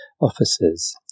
officers